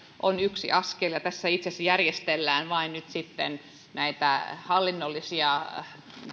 on yksi askel ja tässä itse asiassa järjestellään vain nyt sitten näitä hallinnollisia